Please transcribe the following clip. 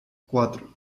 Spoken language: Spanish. cuatro